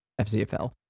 FCFL